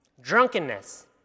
drunkenness